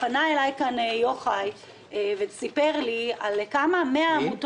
פנה אלי כאן יוחאי וסיפר לי על 100 עמותות